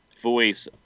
voice